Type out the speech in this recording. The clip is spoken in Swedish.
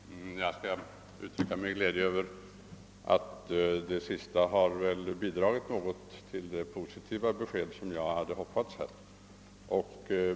Herr talman! Jag vill uttrycka min glädje över det sista som statsrådet sade och som väl kan tolkas vara något av det positiva besked som jag hoppats på.